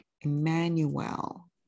Emmanuel